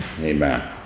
Amen